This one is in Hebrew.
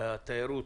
התיירות